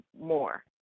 more